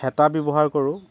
হেতা ব্যৱহাৰ কৰোঁ